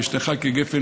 אשתך כגפן